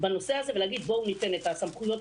בנושא הזה ולהגיד: בואו ניתן את הסמכויות,